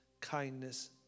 kindness